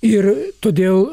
ir todėl